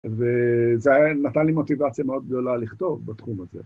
‫וזה נתן לי מוטיבציה מאוד גדולה ‫לכתוב בתחום הזה.